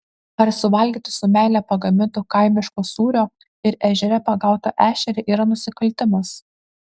ar suvalgyti su meile pagaminto kaimiško sūrio ir ežere pagautą ešerį yra nusikaltimas